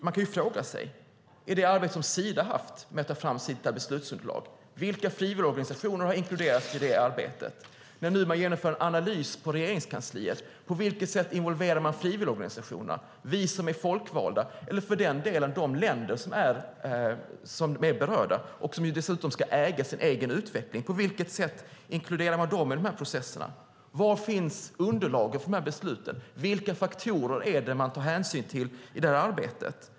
Man kan fråga sig: I det arbete som Sida har haft med att ta fram sitt beslutsunderlag, vilka frivilligorganisationer har inkluderats i det arbetet? När man nu genomför en analys på Regeringskansliet, på vilket sätt involverar man frivilligorganisationerna, vi som är folkvalda eller för den delen de länder som är berörda och som dessutom ska äga sin egen utveckling? På vilket sätt inkluderar man dem i de här processerna? Var finns underlagen för besluten? Vilka faktorer tar man hänsyn till i arbetet?